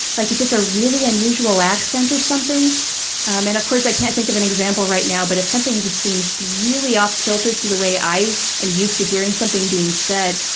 like if it's a really unusual accent or something, and of course, i can't think of an example right now, but if something just seems really off kilter to the way i am used to hearing something being said,